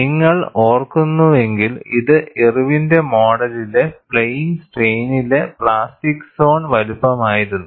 നിങ്ങൾ ഓർക്കുന്നുവെങ്കിൽ ഇത് ഇർവിന്റെ മോഡലിലെ പ്ലെയിൻ സ്ട്രെയിനിലെ പ്ലാസ്റ്റിക് സോൺ വലുപ്പമായിരുന്നു